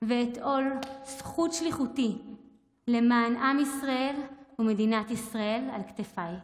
ואת עול זכות שליחותי למען עם ישראל ומדינת ישראל על כתפיי.